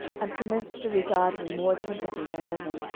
and commenced to regard me more attentively than ever,